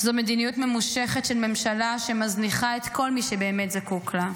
זו מדיניות ממושכת של ממשלה שמזניחה את כל מי שבאמת זקוק לה.